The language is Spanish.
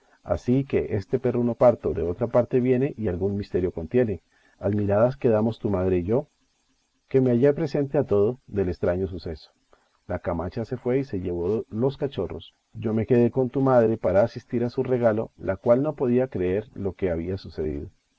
así que este perruno parto de otra parte viene y algún misterio contiene admiradas quedamos tu madre y yo que me hallé presente a todo del estraño suceso la camacha se fue y se llevó los cachorros yo me quedé con tu madre para asistir a su regalo la cual no podía creer lo que le había sucedido